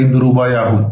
675 ரூபாய் ஆகும்